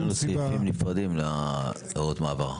זה סעיפים נפרדים להוראות המעבר.